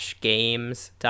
Games